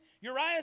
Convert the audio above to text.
Uriah